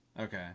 Okay